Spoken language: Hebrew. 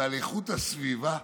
ועל איכות הסביבה?